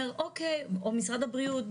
או משרד הבריאות,